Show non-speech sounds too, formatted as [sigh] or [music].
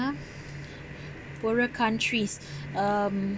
ha poorer countries [breath] um